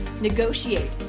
negotiate